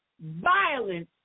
violence